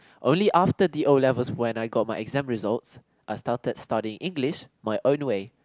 only after the O-level when I get my exam results I started studying English my own way